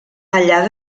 allà